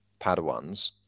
Padawans